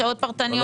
שעות פרטניות וכו'?